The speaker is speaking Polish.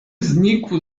znikł